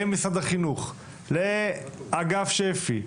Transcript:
למשרד החינוך, לאגף שפ"י,